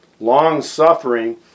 Long-suffering